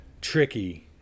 tricky